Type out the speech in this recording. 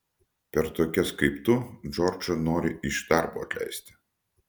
per tokias kaip tu džordžą nori iš darbo atleisti